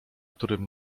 którym